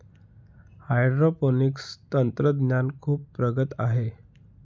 hydroponics तंत्रज्ञान खूप प्रगत आहे